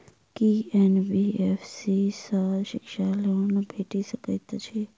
की NBFC सँ शिक्षा loan भेटि सकैत अछि?